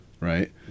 Right